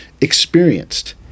experienced